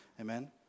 Amen